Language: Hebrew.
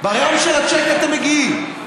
ביום של הצ'ק אתם מגיעים.